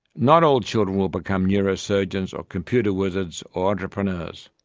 not all children will become neurosurgeons or computer wizards or entrepreneurs.